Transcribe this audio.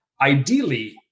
ideally